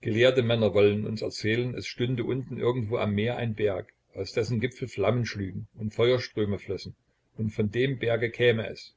gelehrte männer wollen uns erzählen es stünde unten irgendwo am meer ein berg aus dessen gipfel flammen schlügen und feuerströme flössen und von dem berge käme es